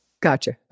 Gotcha